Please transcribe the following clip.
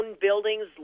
buildings